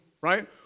right